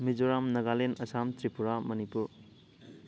Mizoram Nagaland Assam Tripura Manipur